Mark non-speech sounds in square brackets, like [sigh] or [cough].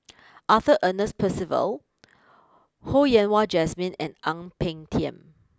[noise] Arthur Ernest Percival Ho Yen Wah Jesmine and Ang Peng Tiam